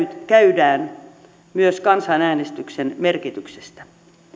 käydään myös kansanäänestyksen merkityksestä